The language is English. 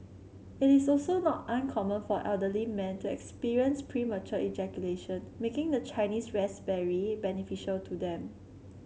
it is also not uncommon for elderly men to experience premature ejaculation making the Chinese raspberry beneficial to them